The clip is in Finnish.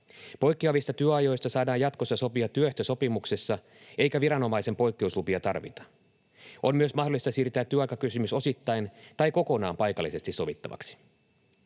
Poikkeavista työajoista saadaan jatkossa sopia työehtosopimuksessa, eikä viranomaisen poikkeuslupia tarvita. On myös mahdollista siirtää työaikakysymys osittain tai kokonaan paikallisesti sovittavaksi.